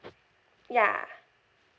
ya